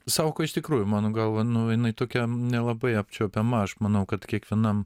sąvoka iš tikrųjų mano galva nu jinai tokia nelabai apčiuopiama aš manau kad kiekvienam